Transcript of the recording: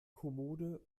kommode